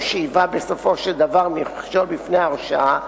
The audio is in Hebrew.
שהיווה בסופו של דבר מכשול בפני ההרשעה,